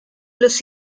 los